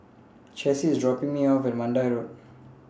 Chessie IS dropping Me off At Mandai Road